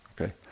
Okay